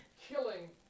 killing